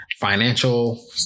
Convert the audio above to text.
Financial